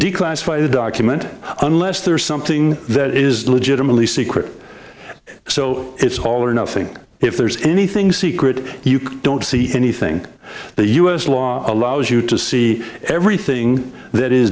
declassify the document unless there's something that is legitimately secret so it's all or nothing if there's anything secret you don't see anything the u s law allows you to see everything that is